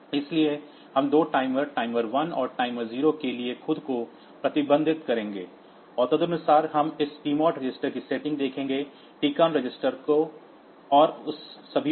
इसलिए हम 2 timer timer 1 और टाइमर 0 के लिए खुद को प्रतिबंधित करेंगे और तदनुसार हम इस टीमोड रजिस्टर की सेटिंग देखेंगे टीकॉन रजिस्टर और सभी उस